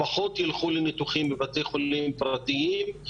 הם פחות יילכו לבתי חולים פרטיים,